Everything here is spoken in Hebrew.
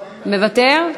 מוותר?